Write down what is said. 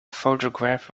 photograph